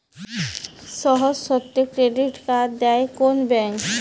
সহজ শর্তে credit card দেয় কোন ব্যাংক?